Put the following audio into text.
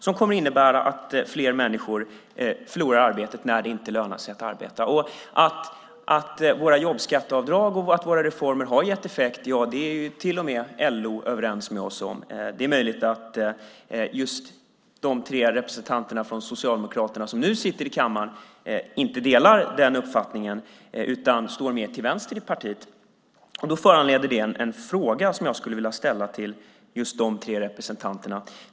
Det kommer att innebära att fler människor förlorar arbetet när det inte lönar sig att arbeta. Våra jobbskatteavdrag och våra reformer har gett effekt; det är till och med LO överens med oss om. Det är möjligt att just de tre representanter från Socialdemokraterna som nu sitter i kammaren inte delar den uppfattningen utan står mer till vänster i partiet. Det föranleder en fråga som jag skulle vilja ställa till just dessa tre representanter.